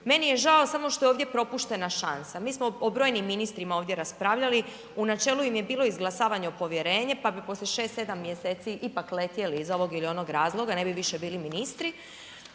Meni je žao samo što je ovdje propuštena šansa, mi smo o brojnim ministrima ovdje raspravljali, u načelu im je bilo izglasavanje povjerenje, pa bi poslije 6-7 mjeseci ipak letjeli iz ovog ili onog razloga, ne bi više bili ministri,